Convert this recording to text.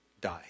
die